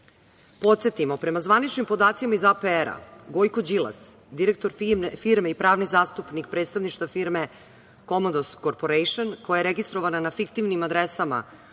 Beograda. Podsetimo, prema zvaničnim podacima iz APR Gojko Đilas, direktor firme i pravni zastupnik predstavništva firme „Komodos korporejšn“, koja je registrovana na fiktivnim adresama